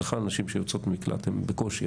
בכלל נשים שיוצאות ממקלט הן בקושי,